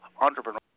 entrepreneur